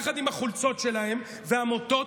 יחד עם החולצות שלהם והמוטות,